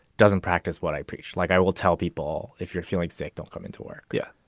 doesn't practice what i preach. like, i will tell people if you're feeling sick, don't come into work. yeah,